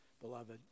Beloved